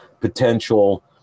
potential